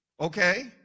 Okay